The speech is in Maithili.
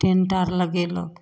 टेन्ट आर लगेलक